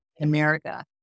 America